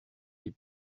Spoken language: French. les